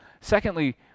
Secondly